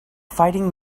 fighting